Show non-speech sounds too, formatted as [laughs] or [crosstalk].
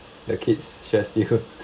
the kids stress you [laughs]